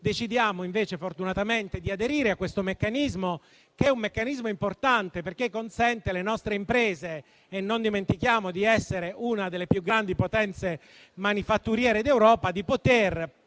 decidiamo invece fortunatamente di aderire a questo meccanismo, che è importante perché consente alle nostre imprese - non dimentichiamo di essere una delle più grandi potenze manifatturiere d'Europa - di poter